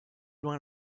loin